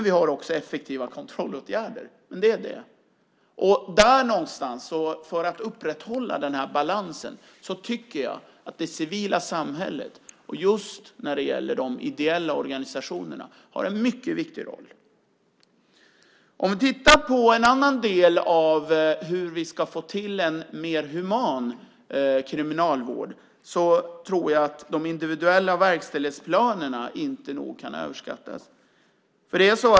Vi har också effektiva kontrollåtgärder. Det är det. För att upprätthålla den här balansen tycker jag att det civila samhället och just de ideella organisationerna har en mycket viktig roll. Vi kan titta på en annan del när det gäller hur vi ska få till en mer human kriminalvård. Jag tror att de individuella verkställighetsplanerna inte nog kan överskattas.